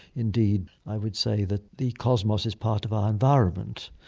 indeed, i would say that the cosmos is part of our environment.